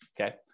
okay